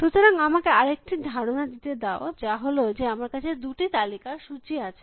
সুতরাং আমাকে আরেকটি ধারণা দিতে দাও যা হল যে আমার কাছে দুটি তালিকার সূচী আছে